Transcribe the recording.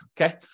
okay